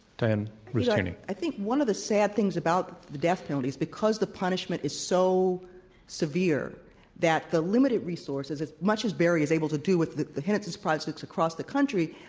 diann rust tierney. i think one of the sad things about the death penalty is because the punishment is so severe that the limited resources as much as barry is able to do with the the innocence projects across the country,